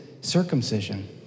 circumcision